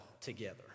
together